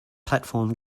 platform